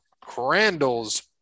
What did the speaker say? Crandall's